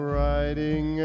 riding